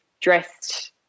dressed